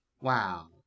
Wow